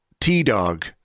t-dog